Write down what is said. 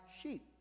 sheep